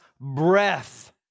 breath